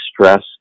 stress